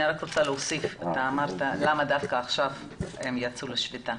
אני רוצה להוסיף שאומרים: למה דווקא עכשיו הם יצאו לשביתה?